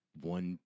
one